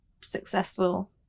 successful